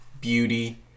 beauty